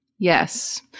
Yes